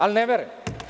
Ali ne verujem.